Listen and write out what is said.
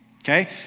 okay